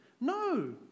No